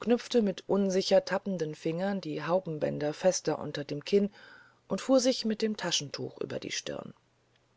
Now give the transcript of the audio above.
knüpfte mit unsicher tappenden fingern die haubenbänder fester unter dem kinn und fuhr sich mit dem taschentuch über die stirn